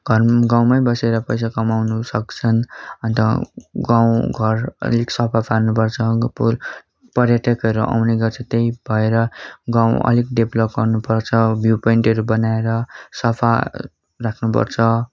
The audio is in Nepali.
घर गाउँमै बसेर पैसा कमाउन सक्छन् अन्त गाउँ घर अलिक सफा पार्नुपर्छ पुर पर्यटकहरू आउने गर्छ त्यही भएर गाउँ अलिक डेपलोप गर्नुपर्छ भिउपोइन्टहरू बनाएर सफा राख्नुपर्छ